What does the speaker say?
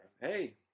Hey